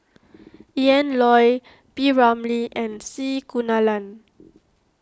Ian Loy P Ramlee and C Kunalan